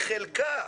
בחלקה.